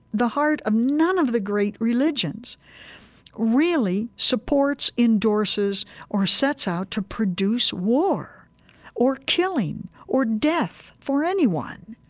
the heart of none of the great religions really supports, endorses or sets out to produce war or killing or death for anyone.